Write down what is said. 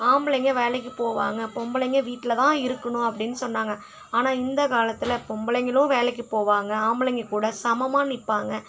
ஆம்பளைங்க வேலைக்கு போவாங்க பொம்பளைங்க வீட்டில் தான் இருக்கணும் அப்படின்னு சொன்னாங்க ஆனால் இந்த காலத்தில் பொம்பளைங்களும் வேலைக்கு போவாங்க ஆம்பளைங்க கூட சமமாக நிற்பாங்க